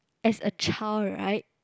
as a child right